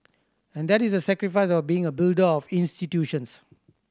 and that is the sacrifice of being a builder of institutions